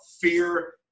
fear